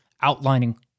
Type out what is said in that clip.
outlining